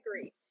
agree